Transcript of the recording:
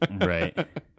right